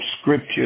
scripture